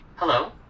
Hello